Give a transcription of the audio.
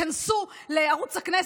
כנסו לערוץ הכנסת,